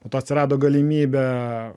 po to atsirado galimybė